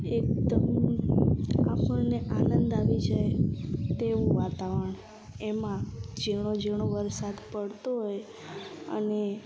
એકદમ આપણને આનંદ આવી જાય તેવું વાતાવરણ એમાં ઝીણો ઝીણો વરસાદ પડતો હોય અને